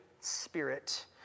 spirit